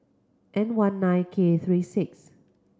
N one nine K three six